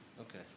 Okay